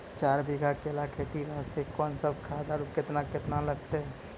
चार बीघा केला खेती वास्ते कोंन सब खाद आरु केतना केतना लगतै?